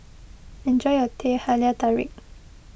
enjoy your Teh Halia Tarik